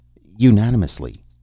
Unanimously